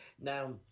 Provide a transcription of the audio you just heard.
Now